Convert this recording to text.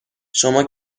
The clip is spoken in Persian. شما